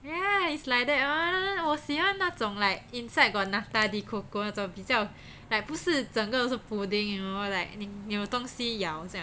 ya it's like that [one] 我喜欢那种 like inside got nata-de-coco 那种比较 like 不是整个都是 pudding 的 you know like 你你有东西咬这样